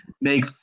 Make